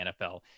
NFL